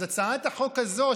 אז הצעת החוק הזאת,